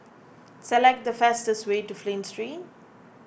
select the fastest way to Flint Street